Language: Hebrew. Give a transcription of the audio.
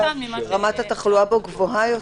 רמת התחלואה בו גבוהה יותר.